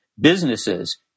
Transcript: businesses